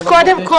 קודם כל